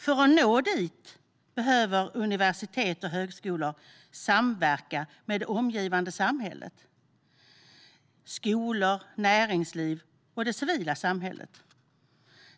För att nå dit behöver universitet och högskolor samverka med det omgivande samhället: skolor, näringsliv och det civila samhället.